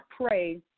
pray